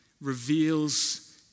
reveals